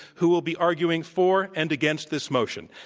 who will be arguing for and against this motion.